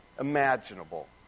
imaginable